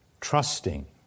trusting